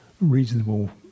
reasonable